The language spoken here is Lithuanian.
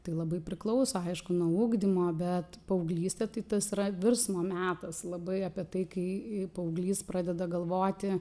tai labai priklauso aišku nuo ugdymo bet paauglystė tai tas yra virsmo metas labai apie tai kai paauglys pradeda galvoti